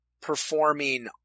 performing